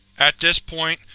at this point,